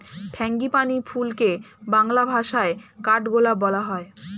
frangipani ফুলকে বাংলা ভাষায় কাঠগোলাপ বলা হয়